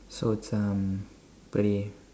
so it's um very